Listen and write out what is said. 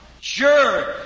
Sure